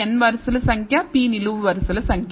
n వరుసల సంఖ్య p నిలువు వరుసల సంఖ్య